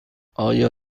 آیا